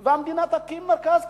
והמדינה תקים מרכז כזה,